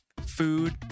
food